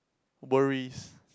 worries